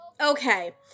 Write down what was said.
okay